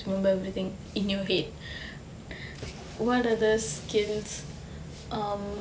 remember everything in your head what other skills um